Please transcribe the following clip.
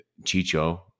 chicho